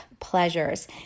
pleasures